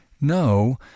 no